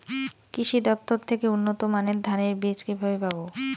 কৃষি দফতর থেকে উন্নত মানের ধানের বীজ কিভাবে পাব?